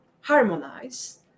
harmonize